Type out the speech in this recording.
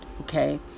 okay